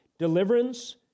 Deliverance